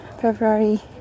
February